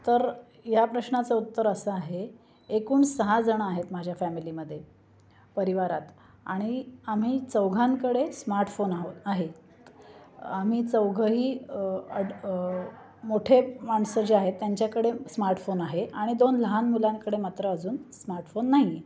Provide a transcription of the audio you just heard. तर या प्रश्नाचं उत्तर असं आहे एकूण सहा जणं आहेत माझ्या फॅमिलीमध्ये परिवारात आणि आम्ही चौघांकडे स्मार्टफोन आहो आहे आम्ही चौघंही अड मोठे माणसं जे आहेत त्यांच्याकडे स्मार्टफोन आहे आणि दोन लहान मुलांकडे मात्र अजून स्मार्टफोन नाही आहे